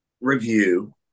review